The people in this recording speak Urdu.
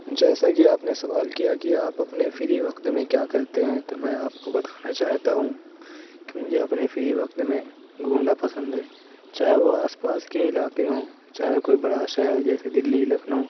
جیسا کہ آپ نے سوال کیا کہ آپ اپںے فری وقت میں کیا کرتے ہیں تو میں آپ کو بتانا چاہتا ہوں کہ مجھے اپنے فری وقت میں گھومنا پسند ہے چاہے وہ آس پاس کے علاقے ہوں چاہے كوئی بڑا شہر جیسے دِلی لكھنؤ